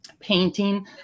Painting